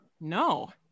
No